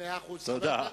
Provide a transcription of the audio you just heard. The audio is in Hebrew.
תודה.